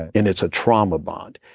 and it's a trauma bond.